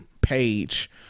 page